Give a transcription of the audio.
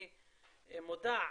אני מודע,